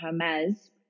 Hermes